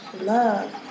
love